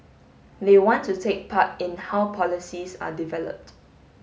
they want to take part in how policies are developed